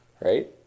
Right